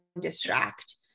distract